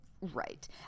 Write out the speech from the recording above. Right